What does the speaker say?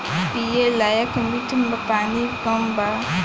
पिए लायक मीठ पानी कम बा